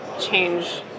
change